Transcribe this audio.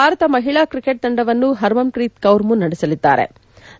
ಭಾರತ ಮಹಿಳಾ ಕ್ರಿಕೆಟ್ ತಂಡವನ್ನು ಹರ್ಮನ್ಪ್ರೀತ್ ಕೌರ್ ಮುನ್ನಡೆಸಲಿದ್ಲಾರೆ